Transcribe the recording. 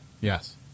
Yes